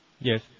Yes